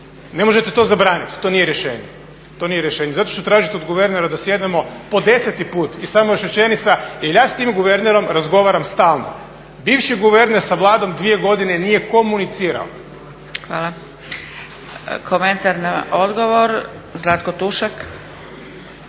ne možete to zabraniti, to nije rješenje. Zato ću tražiti od guvernera da sjednemo po deseti put. I samo još rečenica, jel ja s tim guvernerom razgovaram stalno. Bivši guverner sa Vladom dvije godine nije komunicirao. **Zgrebec, Dragica (SDP)** Hvala. Komentar na odgovor Zlatko Tušak.